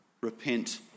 Repent